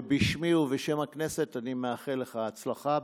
בשמי ובשם הכנסת אני מאחל לך הצלחה.